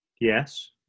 Yes